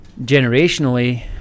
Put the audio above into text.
generationally